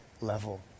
level